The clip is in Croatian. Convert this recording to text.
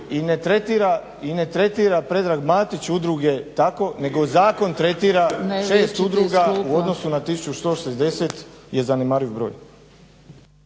i ne tretira Predraga Matić udruge tako, nego zakon tretira 6 udruga u odnosu na 1160 je zanemariv broj.